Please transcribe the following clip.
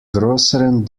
größeren